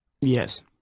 Yes